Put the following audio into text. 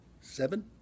seven